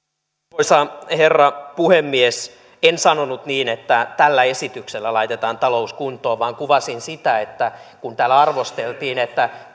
arvoisa herra puhemies en sanonut niin että tällä esityksellä laitetaan talous kuntoon vaan kuvasin sitä kun täällä arvosteltiin että